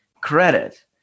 Credit